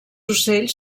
ocells